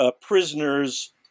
prisoners